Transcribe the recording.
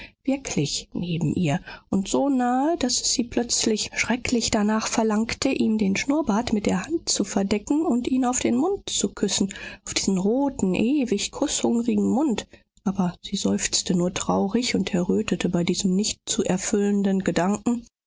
wirklich neben ihr und so nahe daß es sie plötzlich schrecklich danach verlangte ihm den schnurrbart mit der hand zu verdecken und ihn auf den mund zu küssen auf diesen roten ewig kußhungrigen mund aber sie seufzte nur traurig und errötete bei diesem nicht zu erfüllenden gedanken